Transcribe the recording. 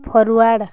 forward